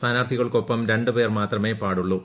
സ്ഥാനാർത്ഥിക്കൊപ്പം രണ്ടുപേർ മാത്രമേ പാടുള്ളൂ